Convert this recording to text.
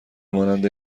مانند